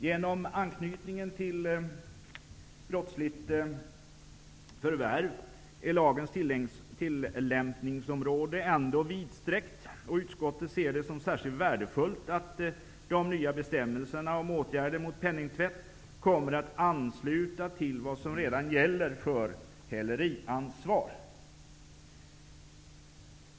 Genom anknytningen till brottsligt förvärv är lagens tillämpningsområde ändå vidsträckt, och utskottet ser det som särskilt värdefullt att de nya bestämmelserna om åtgärder mot penningtvätt kommer att ansluta till vad som redan gäller för häleriansvar.